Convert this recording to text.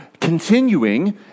Continuing